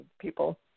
people